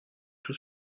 tout